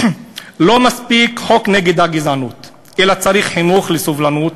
לא מספיק חוק נגד הגזענות אלא צריך חינוך לסובלנות,